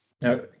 Now